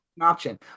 option